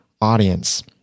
audience